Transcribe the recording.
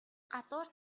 гадуур